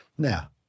Now